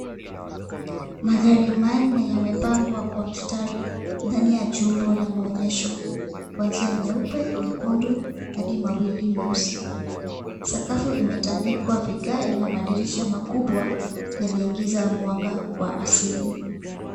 Magari manne yamepangwa kwa mstari ndani ya jumba la maonyesho kuanzia nyeupe, nyekundu hadi mawili mweusi. Sakafu imetandikwa vigae na madirisha makubwa yanaingiza mwanga wa asili.